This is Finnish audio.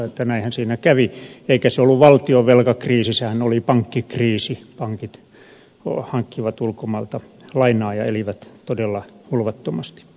näinhän siinä kävi eikä se ollut valtion velkakriisi sehän oli pankkikriisi pankit hankkivat ulkomailta lainaa ja elivät todella hulvattomasti